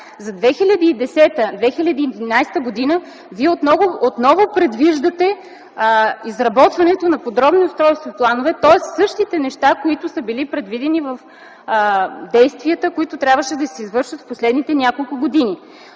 За 2010 и 2011 г. Вие отново предвиждате изработването на подробни устройствени планове, тоест същите неща, които са били предвидени в действията, които трябваше да се извършат през последните няколко години.